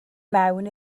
mewn